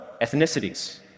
ethnicities